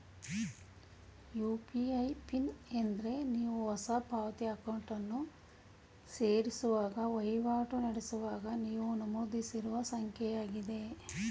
UPI PIN ಎಂದ್ರೆ ನೀವು ಹೊಸ ಪಾವತಿ ಅಕೌಂಟನ್ನು ಸೇರಿಸುವಾಗ ವಹಿವಾಟು ನಡೆಸುವಾಗ ನೀವು ನಮೂದಿಸುವ ಸಂಖ್ಯೆಯಾಗಿದೆ